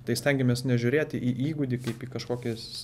tai stengiamės nežiūrėti į įgūdį kaip į kažkokis